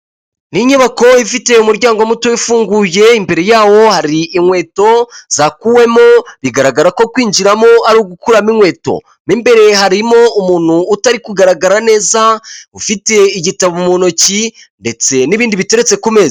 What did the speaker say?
Ni inyubako ifite umuryango muto ufunguye imbere yawo hari inkweto zakuwemo bigaragara ko kwinjiramo ari ugukuramo inkweto n'imbere harimo umuntu utari kugaragara neza ufite igitabo mu ntoki ndetse n'ibindi biteretse ku meza.